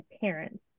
parents